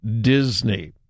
Disney